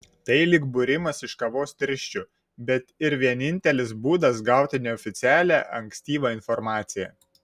tai lyg būrimas iš kavos tirščių bet ir vienintelis būdas gauti neoficialią ankstyvą informaciją